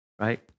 right